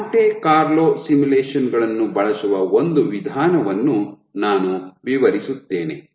Monte Carlo simulation ಗಳನ್ನು ಬಳಸುವ ಒಂದು ವಿಧಾನವನ್ನು ನಾನು ವಿವರಿಸುತ್ತೇನೆ